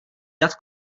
dat